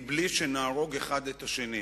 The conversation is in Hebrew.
מבלי שנהרוג אחד את השני.